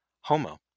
Homo